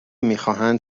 میخواهند